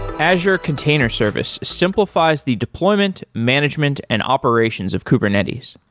azure container service simplifies the deployment, management and operations of kubernetes.